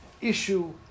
issue